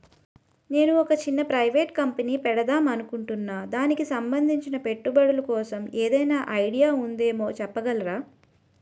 నేను ఒక చిన్న ప్రైవేట్ కంపెనీ పెడదాం అనుకుంటున్నా దానికి సంబందించిన పెట్టుబడులు కోసం ఏదైనా ఐడియా ఉందేమో చెప్పగలరా?